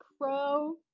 Pro